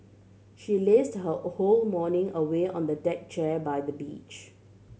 she lazed her whole morning away on a deck chair by the beach